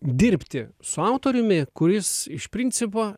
dirbti su autoriumi kuris iš principo